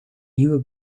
nieuwe